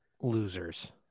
Losers